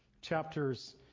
chapters